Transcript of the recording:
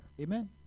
Amen